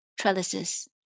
trellises